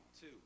two